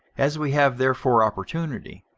as we have therefore opportunity,